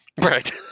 Right